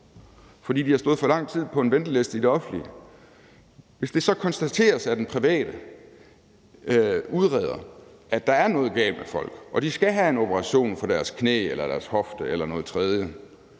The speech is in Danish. fordi de har stået for lang tid på en venteliste i det offentlige, og det så konstateres af den private udreder, at der er noget galt med folk og de skal have en operation for deres knæ eller deres hofte eller noget tredje,